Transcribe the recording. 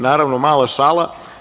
Naravno, mala šala.